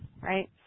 right